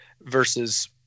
versus